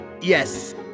Yes